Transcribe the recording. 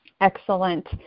Excellent